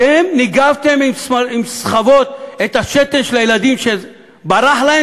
אתם ניגבתם עם סחבות את השתן של הילדים שברח להם,